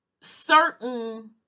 certain